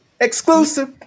exclusive